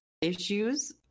issues